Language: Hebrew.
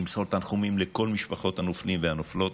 למסור תנחומים לכל משפחות הנופלים והנופלות.